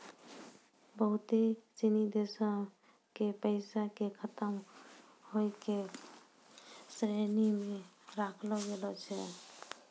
बहुते सिनी देशो के पैसा के खतम होय के श्रेणी मे राखलो गेलो छै